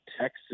Texas